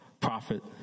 prophet